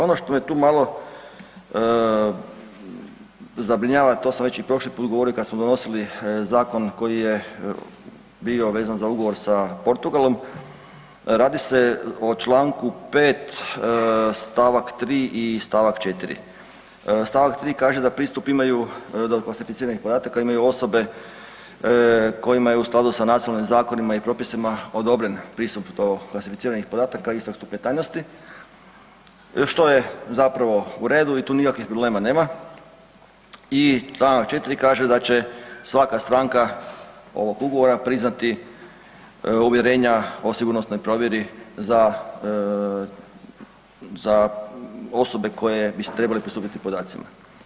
Ono što me tu malo zabrinjava, a to sam već i prošli put govorio kada smo donosili zakon koji je bio vezan za ugovor s Portugalom, radi se o čl. 5. st. 3. i st. 4. Stavak 3.kaže da pristup imaju do klasificiranih podataka imaju osobe kojima je u skladu sa nacionalnim zakonima i propisima odobren pristup do klasificiranih podataka istog stupnja tajnosti što je zapravo u redu i tu nikakvih problema nema i čl. 4. kaže da će svaka stranka ovog ugovora priznati uvjerenja o sigurnosnoj provjeri za osobe koje bi trebale pristupiti podacima.